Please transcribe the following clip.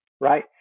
right